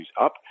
up